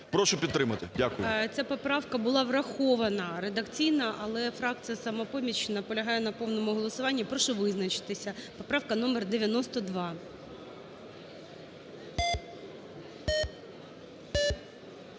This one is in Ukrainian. Прошу підтримати. Дякую. ГОЛОВУЮЧИЙ. Ця поправка була врахована редакційно, але фракція "Самопоміч" наполягає на повному голосуванні. Прошу визначитися. Поправка № 92.